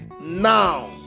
now